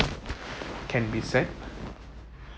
can be sad